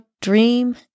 dream